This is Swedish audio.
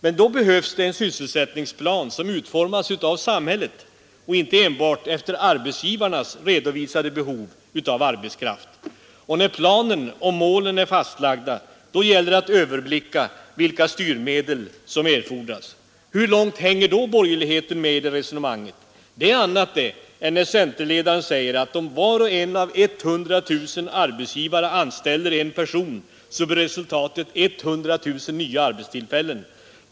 Men då behövs det en sysselsättningsplan som utformas av samhället och inte enbart efter arbetsgivarnas redovisade behov av arbetskraft. Och när planen och målen är fastlagda gäller det att överblicka vilka styrmedel som erfordras. Hur långt hänger då borgerligheten med i resonemanget? Det är annat än när centerledaren säger att om var och en av 100 000 arbetsgivare anställer 1 person så blir resultatet 100 000 nya arbetstillfällen.